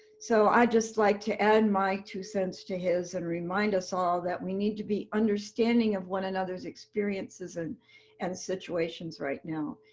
so i'd just like to add my two cents to his and remind us all that we need to be understanding of one another's experiences and and situations right now.